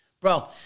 Bro